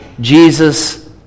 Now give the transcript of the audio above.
Jesus